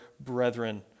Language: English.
brethren